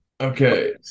Okay